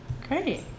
Great